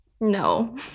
No